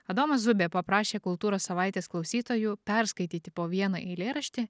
adomas zubė paprašė kultūros savaitės klausytojų perskaityti po vieną eilėraštį